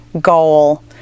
goal